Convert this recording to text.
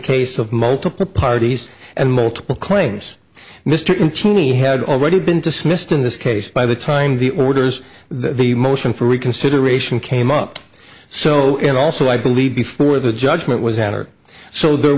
case of multiple parties and multiple claims mr cheney had already been dismissed in this case by the time the orders the motion for reconsideration came up so and also i believe before the judgment was out or so there